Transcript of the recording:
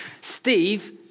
Steve